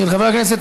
של חבר הכנסת